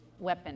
weapon